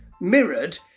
mirrored